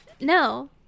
No